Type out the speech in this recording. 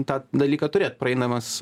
tą dalyką turėt praeidamas